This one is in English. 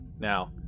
Now